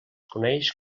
coneix